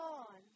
on